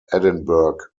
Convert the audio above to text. edinburgh